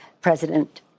president